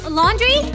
laundry